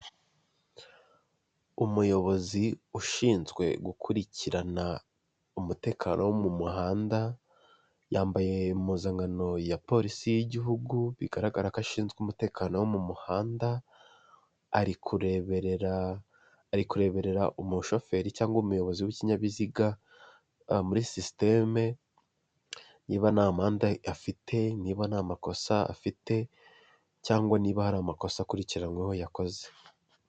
Umuyobozi ushinzwe gukurikirana umutekano wo mu muhanda yambaye impuzankano ya polisi y'igihugu bigaragara ko ashinzwe umutekano wo mu muhanda ari kureberera, ari kureberera umushoferi cyangwa umuyobozi w'ikinyabiziga muri sisiteme niba nt'amande afite niba nta makosa afite cyangwa niba hari amakosa akurikiranyweho yakoze.